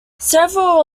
several